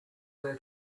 their